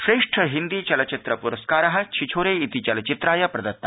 श्रेष्ठ हिन्दी चलचित्र पुरस्कार छिछोरे चलचित्राय प्रदत्त